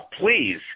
please